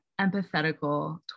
empathetical